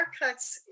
haircuts